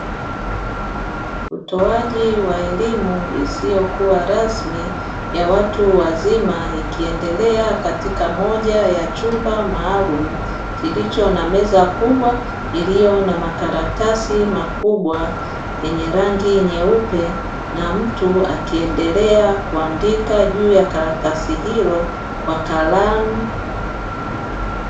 Utoaji wa elimu isiyokuwa rasmi ya watu wazima ikiendelea katika moja ya chumba maalumu kilicho na meza kubwa, iliyo na makaratasi makubwa yenye rangi nyeupe na mtu akiendelea kuandika juu ya karatasi hilo kwa kalamu.